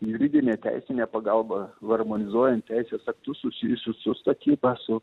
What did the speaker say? juridinė teisinė pagalba harmonizuojant teisės aktus susijusius su statyba su